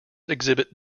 exhibit